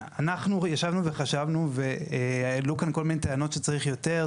אנחנו ישבנו וחשבנו והעלו כאן כל מיני טענות שצריך יותר,